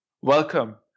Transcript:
Welcome